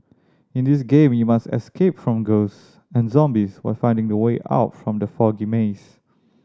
in this game you must escape from ghost and zombies while finding the way out from the foggy maze